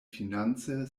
finance